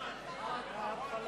אומר.